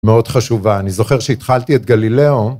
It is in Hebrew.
מאוד חשובה, אני זוכר שהתחלתי את גלילאו